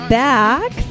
back